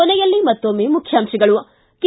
ಕೊನೆಯಲ್ಲಿ ಮತ್ತೊಮ್ಮೆ ಮುಖ್ಯಾಂಶಗಳು ು